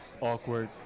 Awkward